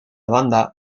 banda